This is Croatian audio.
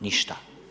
Ništa.